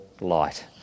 light